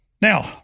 Now